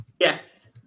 yes